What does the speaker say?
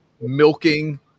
milking